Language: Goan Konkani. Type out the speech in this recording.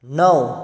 णव